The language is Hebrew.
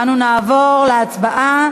אנו נעבור להצבעה